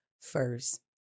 first